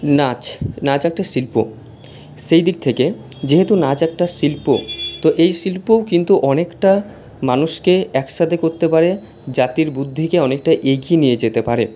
নাচ নাচ একটা শিল্প সেই দিক থেকে যেহেতু নাচ একটা শিল্প তো এই শিল্পও কিন্তু অনেকটা মানুষকে একসাথে করতে পারে জাতির বুদ্ধিকে অনেকটা এগিয়ে নিয়ে যেতে পারে